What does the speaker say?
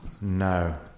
No